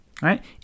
right